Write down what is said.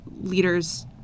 leaders